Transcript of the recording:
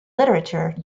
literature